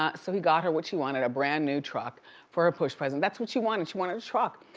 ah so he got her what she wanted, a brand new truck for her push present. that's what she wanted. she wanted a truck,